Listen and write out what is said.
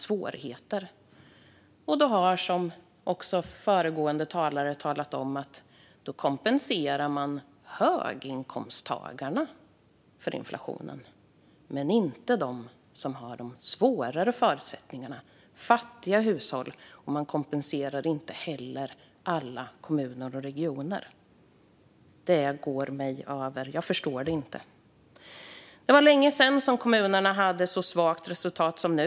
Som föregående talare sagt kompenserar regeringen höginkomsttagarna för inflationen men inte dem med sämre förutsättningar, såsom fattiga hushåll. Inte heller kompenserar man alla kommuner och regioner. Jag förstår det inte. Det var länge sedan kommunerna hade ett så svagt resultat som nu.